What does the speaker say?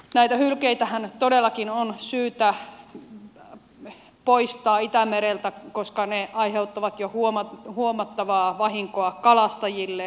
näitä hylkeitähän todellakin on syytä poistaa itämereltä koska ne aiheuttavat jo huomattavaa vahinkoa kalastajille